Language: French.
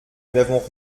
n’avons